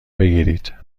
بگیرید